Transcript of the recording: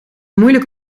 moeilijk